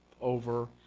over